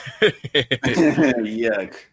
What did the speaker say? Yuck